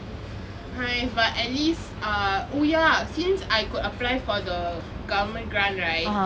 !hais! but at least oh ya since I could apply for the government grant right